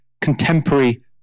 contemporary